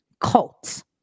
cults